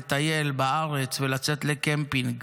לטייל בארץ ולצאת לקמפינג,